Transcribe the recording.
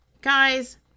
guys